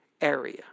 area